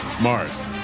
Mars